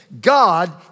God